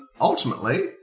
ultimately